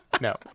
No